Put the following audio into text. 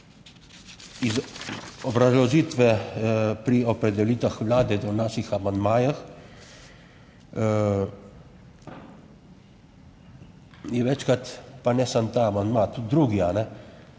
Iz obrazložitve pri opredelitvah Vlade do naših amandmajih je večkrat, pa ne samo ta amandma, tudi drugi,